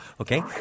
Okay